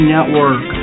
Network